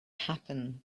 happen